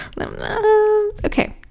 Okay